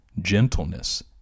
gentleness